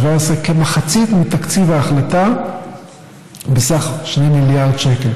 כמחצית מתקציב ההחלטה בסך 2 מיליארד שקל,